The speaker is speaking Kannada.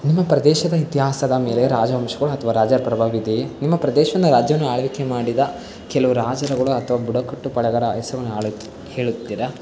ನಿಮ್ಮ ಪ್ರದೇಶದ ಇತಿಹಾಸದ ಮೇಲೆ ರಾಜವಂಶಗಳು ಅಥವಾ ರಾಜರ ಪ್ರಭಾವ ಇದೆಯೇ ನಿಮ್ಮ ಪ್ರದೇಶದಿಂದ ರಾಜ್ಯವನ್ನು ಆಳ್ವಿಕೆ ಮಾಡಿದ ಕೆಲವು ರಾಜರುಗಳು ಅಥವಾ ಬುಡಕಟ್ಟು ಪಾಳೆಗಾರರ ಹೆಸರನ್ನು ಆಳ್ವಿ ಹೇಳುತ್ತೀರಾ